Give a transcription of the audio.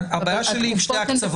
הבעיה שלי עם שני הקצוות.